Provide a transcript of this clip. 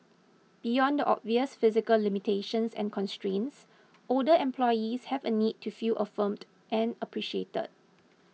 beyond the obvious physical limitations and constraints older employees have a need to feel affirmed and appreciated